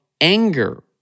anger